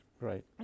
Right